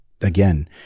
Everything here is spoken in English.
again